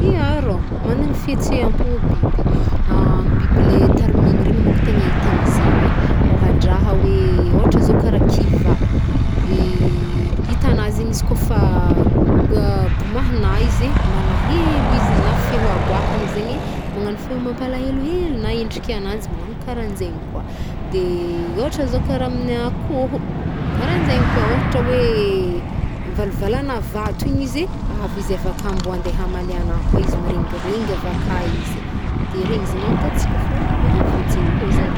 Hia rô! Magnano fihetseham-po biby. Biby le tarimigny regny manko tegna ahitagna zegny e. Ôhadraha hoe- ôhatra zao kara kivà kitanazegny izy kô fa bomahana izy, malahelo izy na feo aboakan zegny magnano feo mampalahelohelo na endrika agnanjy magnano kara zegny koa. Ôhtr zao kara amn akôhô, kara zegny kô ôhatra hoe- valvalana vato igny izy avy izy avaka mbô andeh hamaliana kô izy mirengirengy avaka izy e. De regny zegny e hitentsika fô mano fentsem-po zare.